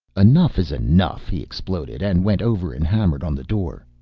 enough is enough! he exploded and went over and hammered on the door.